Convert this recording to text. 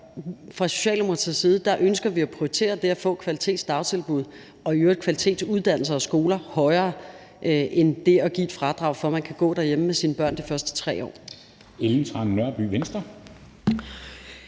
fra Socialdemokratiets side ønsker vi at prioritere det at få kvalitet i dagtilbud og i øvrigt kvalitet i uddannelser og skoler højere end det at give et fradrag for, at man kan gå derhjemme med sine børn i de første 3 år.